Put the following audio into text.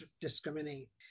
discriminate